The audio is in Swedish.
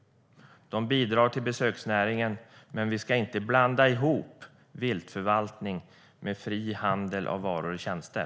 De bidrar till besöksnäringen, men vi ska inte blanda ihop viltförvaltning med fri rörlighet för varor och tjänster.